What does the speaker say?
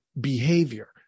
behavior